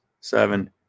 seven